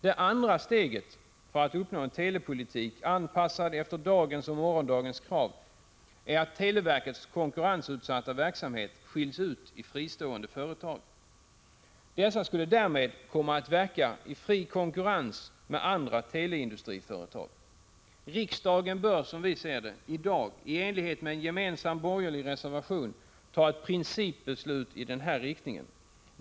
Det andra steget för att uppnå en telepolitik, anpassad efter dagens och morgondagens krav, är att televerkets konkurrensutsatta verksamhet skiljs utifristående företag. Dessa skulle därmed komma att verka i fri konkurrens med andra teleindustriföretag. Riksdagen bör i dag, i enlighet med en gemensam borgerlig reservation, ta ett principbeslut i den här riktningen.